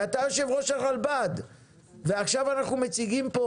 ואתה יושב ראש הרלב"ד ועכשיו אנחנו מציגים פה